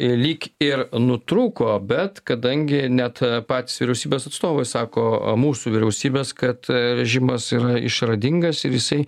lyg ir nutrūko bet kadangi net patys vyriausybės atstovai sako mūsų vyriausybės kad režimas yra išradingas ir jisai